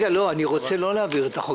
אני רוצה לא להעביר את החוק.